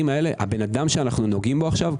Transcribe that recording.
האדם שאנו נוגעים בו עכשיו,